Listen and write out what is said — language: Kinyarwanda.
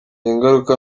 ingaruka